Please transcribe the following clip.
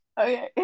Okay